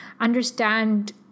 understand